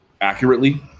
accurately